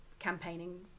campaigning